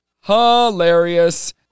hilarious